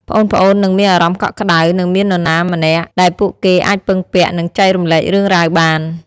ប្អូនៗនឹងមានអារម្មណ៍កក់ក្ដៅ និងមាននរណាម្នាក់ដែលពួកគេអាចពឹងពាក់ និងចែករំលែករឿងរ៉ាវបាន ។